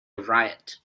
riot